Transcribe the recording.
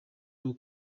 bwo